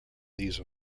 these